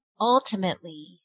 ultimately